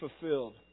fulfilled